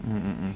mm mm mm